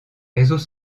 réseaux